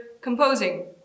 composing